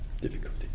difficulty